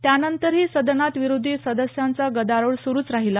त्यानंतरही सदनात विरोधी सदस्यांचा गदारोळ सुरूच राहिला